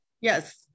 Yes